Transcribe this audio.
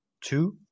two